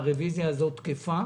הרוויזיה הזאת תקפה.